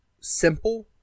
simple